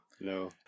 No